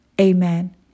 Amen